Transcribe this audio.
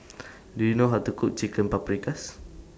Do YOU know How to Cook Chicken Paprikas